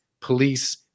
police